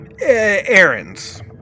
errands